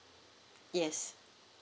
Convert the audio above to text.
yes